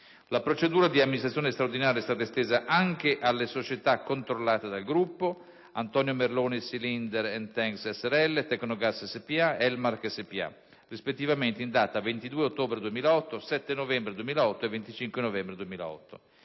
La procedura di amministrazione straordinaria è stata estesa anche alle società controllate dal gruppo: Antonio Merloni Cylinder & Tanks Srl, Tecnogas SpA ed Elmarc SpA, rispettivamente in data 22 ottobre 2008, 7 novembre 2008 e 25 novembre 2008.